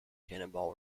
cannonball